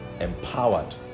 empowered